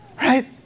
Right